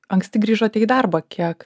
anksti grįžote į darbą kiek